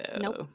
Nope